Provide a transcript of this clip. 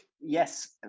yes